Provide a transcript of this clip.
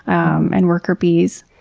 um and worker bees.